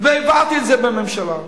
והעברתי את זה בממשלה,